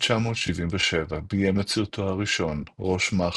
ב-1977 ביים את סרטו הראשון, "ראש מחק",